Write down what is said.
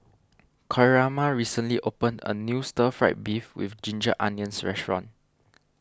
Coraima recently opened a new Stir Fried Beef with Ginger Onions Restaurant